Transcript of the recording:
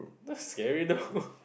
that's scary though